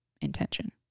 intention